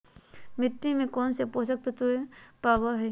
मिट्टी में कौन से पोषक तत्व पावय हैय?